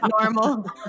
normal